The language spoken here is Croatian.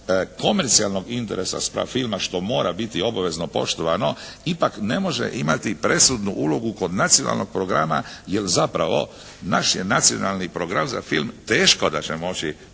komercijalnog interesa spram filma što mora biti obavezno poštovano ipak ne može imati presudnu ulogu kod nacionalnog programa jer zapravo naš je nacionalni program za film, teško da će moći